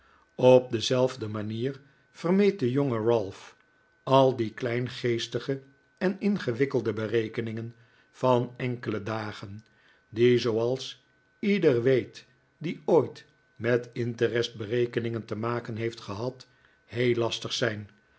op dezelfde manier vermeed de jonge ralph al die kleingeestige en ingewikkelde berekeningen van enkele dagen die zooals ieder weet die ooit met interestberekeningen te maken heeft gehad heel lastig zijn